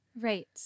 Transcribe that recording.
Right